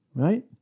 Right